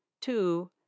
Two